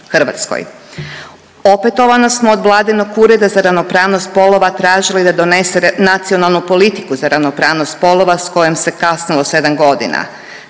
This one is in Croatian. Opetovano smo od vladinog Ureda za ravnopravnost spolova tražili da donese nacionalnu politiku za ravnopravnost spolova s kojom se kasnilo sedam godina.